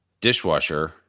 dishwasher